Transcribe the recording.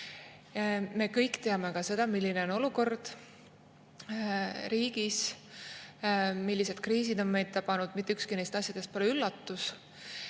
Me kõik teame ka seda, milline on olukord riigis, millised kriisid on meid tabanud. Mitte ükski neist asjadest pole üllatus.